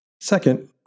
Second